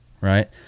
right